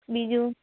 બીજું